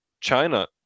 China